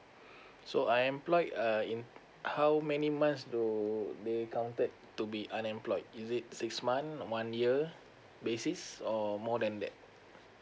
so unemployed err in how many months do they counted to be unemployed is it six month one year basis or more than that